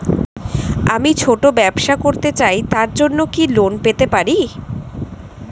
আমি ছোট ব্যবসা করতে চাই তার জন্য কি লোন পেতে পারি?